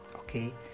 okay